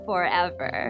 forever